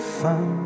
fun